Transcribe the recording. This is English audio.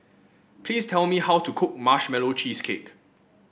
please tell me how to cook Marshmallow Cheesecake